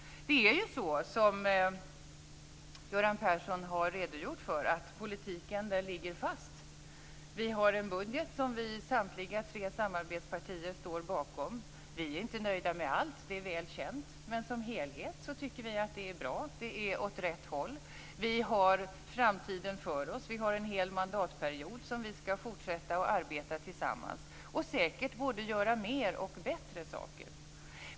Det är ju så, som Göran Persson har redogjort för, att politiken ligger fast. Vi har en budget som samtliga tre samarbetspartier står bakom. Vi är inte nöjda med allt, det är väl känt. Men som helhet tycker vi att det är bra. Det går åt rätt håll. Vi har framtiden för oss. Vi har en hel mandatperiod då vi skall fortsätta att arbeta tillsammans och säkert både göra fler och bättre saker.